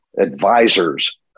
advisors